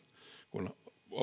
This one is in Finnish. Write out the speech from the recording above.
kun